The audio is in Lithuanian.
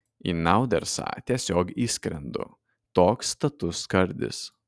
į naudersą tiesiog įskrendu toks status skardis